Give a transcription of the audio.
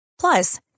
Plus